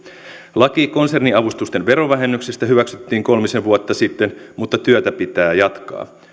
laki konserniavustusten verovähennyksistä hyväksyttiin kolmisen vuotta sitten mutta työtä pitää jatkaa